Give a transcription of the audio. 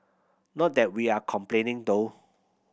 not that we are complaining though